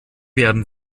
werden